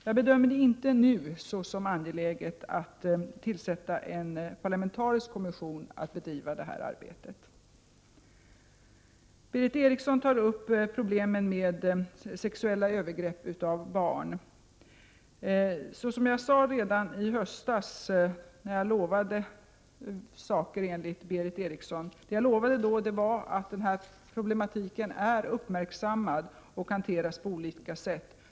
Jag bedömer det inte som angeläget att nu tillsätta en parlamentarisk kommission för att bedriva detta arbete. Berith Eriksson tar upp problemen med sexuella övergrepp på barn. Jag sade redan i höstas, då jag enligt Berith Eriksson utlovade vissa saker, att den här problematiken är uppmärksammad och hanteras på olika sätt.